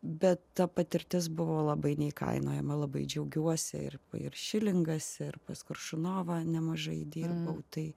bet ta patirtis buvo labai neįkainojama labai džiaugiuosi ir ir šilingas ir pas koršunovą nemažai dirbau tai